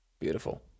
Beautiful